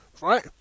right